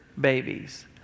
babies